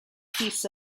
piece